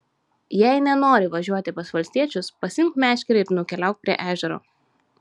jei nenori važiuoti pas valstiečius pasiimk meškerę ir nukeliauk prie ežero